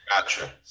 Gotcha